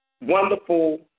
wonderful